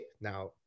Now